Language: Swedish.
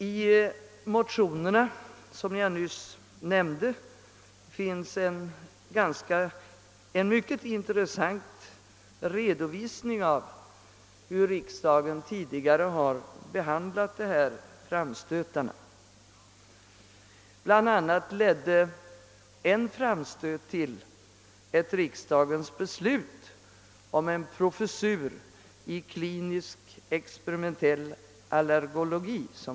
I det motionspar som jag nyss nämnde finns en mycket intressant redovisning av hur riksdagen tidigare har behandlat initiativ i dessa frågor. Bland annat ledde en framstöt till ett riksdagens beslut om en professur i klinisk experimentell allergologi.